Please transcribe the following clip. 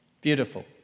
Beautiful